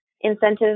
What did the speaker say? incentive